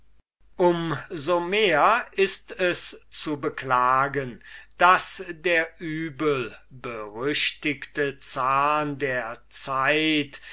so mehr ist es zu beklagen daß der übelberüchtigte zahn der zeit